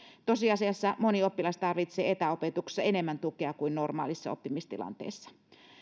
tosiasiassa moni oppilas tarvitsee etäopetuksessa enemmän tukea kuin normaalissa oppimistilanteessa